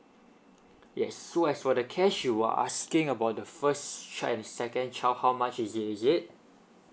yes so as for the cash you are asking about the first child and second child how much is in is it